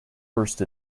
first